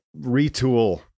retool